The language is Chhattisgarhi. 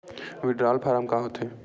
विड्राल फारम का होथे?